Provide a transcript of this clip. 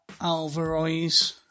Alvarez